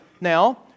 Now